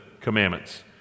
commandments